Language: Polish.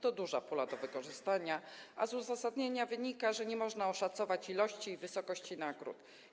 To duża pula do wykorzystania, a z uzasadnienia wynika, że nie można oszacować ilości i wysokości nagród.